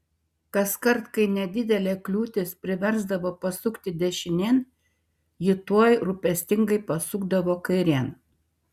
kaskart kai nedidelė kliūtis priversdavo pasukti dešinėn ji tuoj rūpestingai pasukdavo kairėn